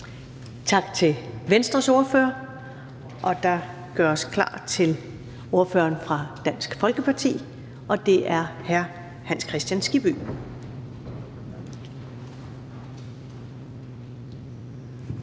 Tak til Venstres ordfører. Der gøres klar til ordføreren fra Dansk Folkeparti, og det er hr. Hans Kristian Skibby. Kl.